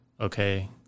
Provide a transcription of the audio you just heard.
okay